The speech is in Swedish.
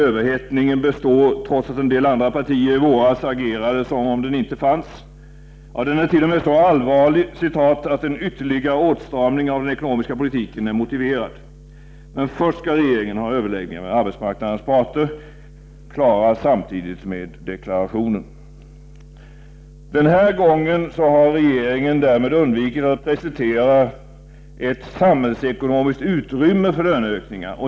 Överhettningen består, trots att en del andra partier i våras agerade som om den inte fanns. Ja, den är t.o.m. så allvarlig ”att en ytterligare åtstramning av den ekonomiska politiken är motiverad”. Men först skall regeringen ha överläggningar med arbetsmarknadens parter, och dessa skall vara klara samtidigt med deklarationen. Den här gången har regeringen därmed undvikit att precisera ett samhällsekonomiskt ”utrymme” för löneökningar.